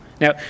Now